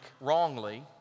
wrongly